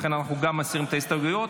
לכן אנחנו גם מסירים את ההסתייגויות.